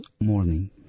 morning